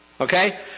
Okay